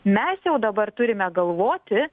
mes jau dabar turime galvoti